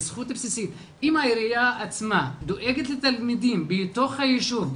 העירייה עצמה דואגת לתלמידים בתוך היישוב,